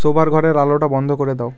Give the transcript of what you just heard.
শোবার ঘরের আলোটা বন্ধ করে দাও